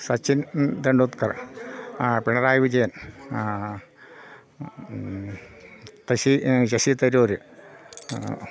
സച്ചിൻ ടെണ്ടുൽക്കർ പിണറായി വിജയൻ തശി ശശി തരൂർ